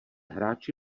hráči